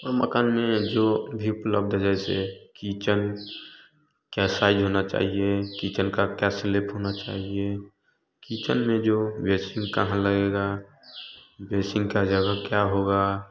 हम मकान में जो भी उपलब्ध जैसे किचन कैसा लेना चाहिए किचन का क्या स्लेप होना चाहिए किचन में जो बेसिन कहाँ लगेगा बेसिन का जगह क्या होगा